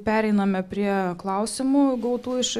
pereiname prie klausimų gautų iš